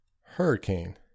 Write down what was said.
hurricane